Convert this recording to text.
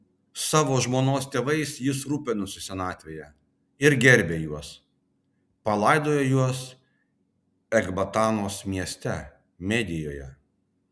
savo žmonos tėvais jis rūpinosi senatvėje ir gerbė juos palaidojo juos ekbatanos mieste medijoje